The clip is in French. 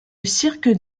cirque